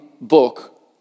book